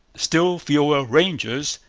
still fewer rangers,